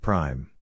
Prime